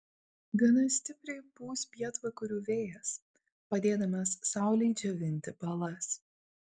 gana stipriai pūs pietvakarių vėjas padėdamas saulei džiovinti balas